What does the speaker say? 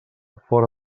fora